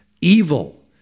evil